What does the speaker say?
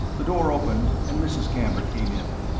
the door opened and mrs. camber came in.